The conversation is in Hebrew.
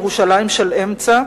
ירושלים של אמצע,